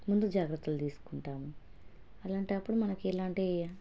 ముందు జాగ్రత్తలు తీసుకుంటాము అలాంటి అప్పుడు మనకి ఎలాంటి